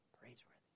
praiseworthy